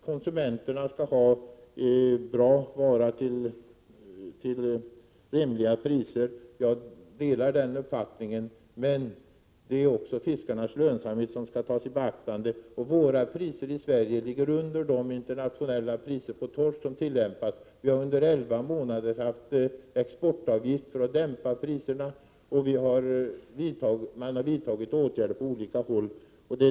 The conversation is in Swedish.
Konsumenterna skall ha bra vara till rimliga priser, säger Kaj Larsson. Jag delar den uppfattningen. Men lönsamheten för fiskarna måste också tas i beaktande. Priserna i Sverige ligger under de internationella priser på torsk som tillämpas. Vi har under elva månader haft en exportavgift för att dämpa priserna, och det har vidtagits åtgärder på olika håll.